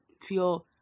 feel